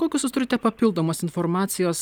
kokios jūs turite papildomos informacijos